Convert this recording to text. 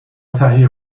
تهیه